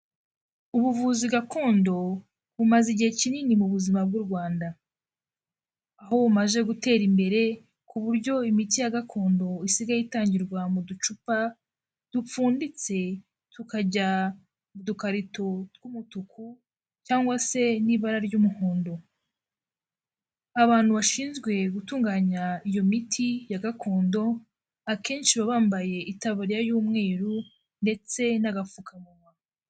Ubuvuzi gakondo bumaze igihe kinini mu buzima bw'u Rwanda, aho bumaze gutera imbere ku buryo imiti ya gakondo isigaye itangirwa mu ducupa dupfunditse tukajya mu dukarito tw'umutuku cyangwa se mu ibara ry'umuhondo, abantu bashinzwe gutunganya iyo miti ya gakondo, akenshi baba bambaye itaburiya y'umweru ndetse n'agapfukamunwa.